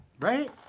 right